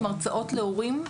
עם הרצאות להורים.